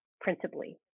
principally